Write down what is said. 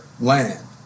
land